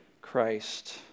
Christ